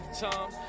time